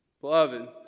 beloved